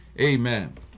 Amen